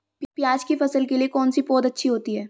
प्याज़ की फसल के लिए कौनसी पौद अच्छी होती है?